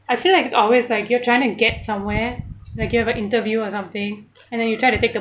I feel like it's always like you're trying to get somewhere like you have a interview or something and then you try to take the